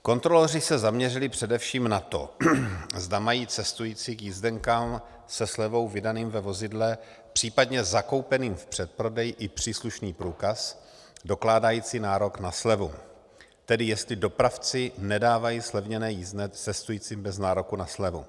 Kontroloři se zaměřili především na to, zda mají cestující k jízdenkám se slevou vydaným ve vozidle, případně zakoupeným v předprodeji i příslušný průkaz dokládající nárok na slevu, tedy jestli dopravci nedávají zlevněné jízdné cestujícím bez nároku na slevu.